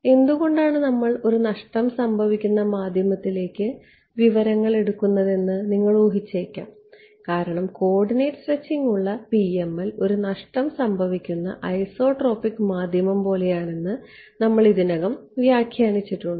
എന്തുകൊണ്ടാണ് ഞങ്ങൾ ഒരു നഷ്ടം സംഭവിക്കുന്ന മാധ്യമത്തിലേക്ക് വിവരങ്ങൾ എടുക്കുന്നതെന്ന് നിങ്ങൾ ഊഹിവച്ചേക്കാം കാരണം കോർഡിനേറ്റ് സ്ട്രെച്ചിംഗ് ഉള്ള PML ഒരു നഷ്ടം സംഭവിക്കുന്ന ഐസോട്രോപിക് മാധ്യമം പോലെയാണെന്ന് ഞങ്ങൾ ഇതിനകം വ്യാഖ്യാനം നൽകിയിട്ടുണ്ട്